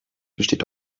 besteht